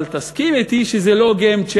אבל תסכים אתי שזה לא game changer.